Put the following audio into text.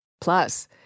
Plus